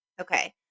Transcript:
Okay